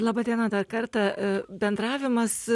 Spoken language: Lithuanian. laba diena dar kartą e bendravimas